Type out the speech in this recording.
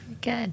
Good